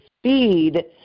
speed